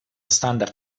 standard